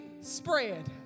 spread